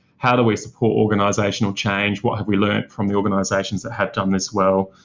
how do we support organisational change, what have we learnt from the organisations that have done this well,